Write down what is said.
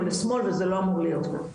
או לשמאל וזה לא אמור להיות כך.